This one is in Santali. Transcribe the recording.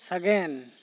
ᱥᱟᱜᱮᱱ